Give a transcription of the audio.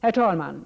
Herr talman!